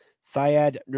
Syed